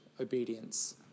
obedience